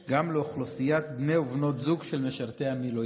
לאוכלוסיית בני ובנות זוג של משרתי המילואים.